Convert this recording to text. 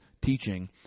teaching